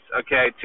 okay